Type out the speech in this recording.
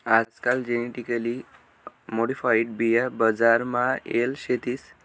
आजकाल genetically modified बिया बजार मा येल शेतीस